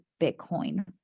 Bitcoin